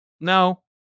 No